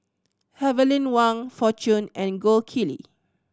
Heavenly Wang Fortune and Gold Kili